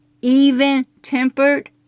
even-tempered